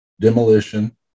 Demolition